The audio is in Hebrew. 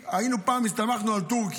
פעם הסתמכנו על טורקיה.